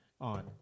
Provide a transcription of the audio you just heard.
on